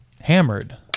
hammered